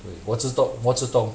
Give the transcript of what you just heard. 我只懂我只懂